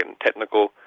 technical